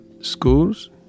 schools